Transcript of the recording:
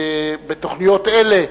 בתוכניות אלה,